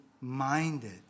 minded